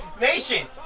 Nation